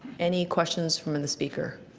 any questions for the speaker?